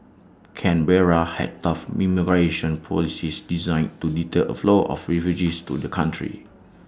Canberra has tough immigration policies designed to deter A flow of refugees to the country